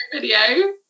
video